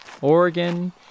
Oregon